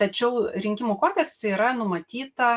tačiau rinkimų kodekse yra numatyta